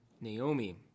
Naomi